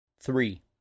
Three